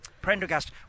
Prendergast